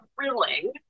thrilling